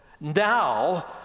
now